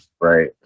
Right